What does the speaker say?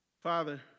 Father